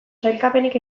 sailkapenik